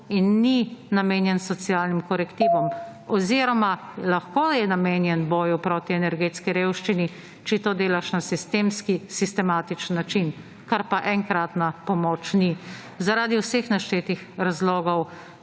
in ni namenjen socialnim korektivom oziroma lahko je namenjen boju proti energetski revščini, če to delaš na sistemski, sistematični način, kar pa enkratna pomoč ni. Zaradi vseh naštetih razlogov